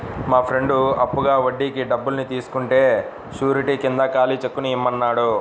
మా ఫ్రెండు అప్పుగా వడ్డీకి డబ్బుల్ని తీసుకుంటే శూరిటీ కింద ఖాళీ చెక్కుని ఇమ్మన్నాడు